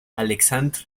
aleksandr